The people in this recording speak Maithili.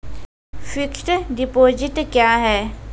फिक्स्ड डिपोजिट क्या हैं?